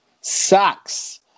Sucks